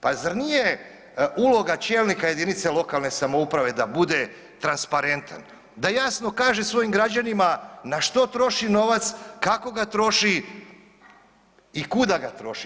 Pa zar nije uloga čelnika jedinice lokalne samouprave da bude transparentan, da jasno kaže svojim građanima na što troši novac, kako ga troši i kuda ga troši.